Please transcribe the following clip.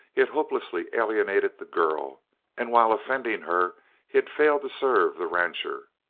he had hopelessly alienated the girl and while offending her he had failed to serve the rancher.